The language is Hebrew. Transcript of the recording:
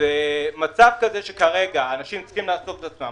אנשים כרגע צריכים לאסוף את עצמם.